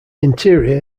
interior